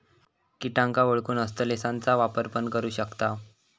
किटांका ओळखूक हस्तलेंसचा वापर पण करू शकताव